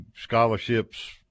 scholarships –